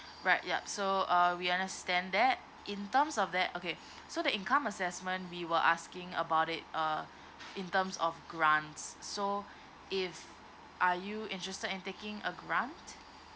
right yup so uh we understand that in terms of that okay so the income assessment we were asking about it uh in terms of grants so if are you interested in taking a grant